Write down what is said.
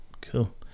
cool